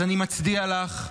אני מצדיע לך,